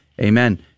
Amen